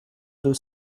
deux